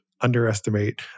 underestimate